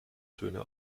töne